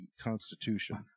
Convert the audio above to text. Constitution